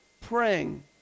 praying